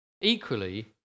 Equally